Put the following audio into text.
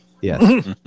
Yes